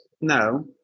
No